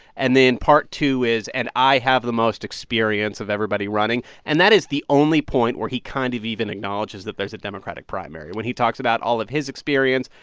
and then part two is, and i have the most experience of everybody running. and that is the only point where he kind of even acknowledges that there's a democratic primary. when he talks about all of his experience,